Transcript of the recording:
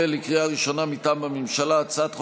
לקריאה ראשונה, מטעם הממשלה: הצעת חוק-יסוד: